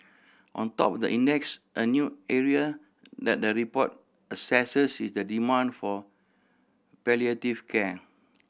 on top the index a new area that the report assesses is the demand for palliative care